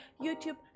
YouTube